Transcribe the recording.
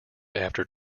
after